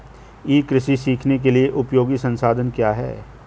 ई कृषि सीखने के लिए उपयोगी संसाधन क्या हैं?